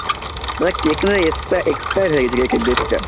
দাদা কেকটা না এসপায়া এক্সপায়ার হয়ে গেছে এই কেকের ডেটটা